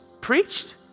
preached